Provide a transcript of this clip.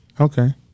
Okay